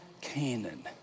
Canaan